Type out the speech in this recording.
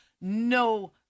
no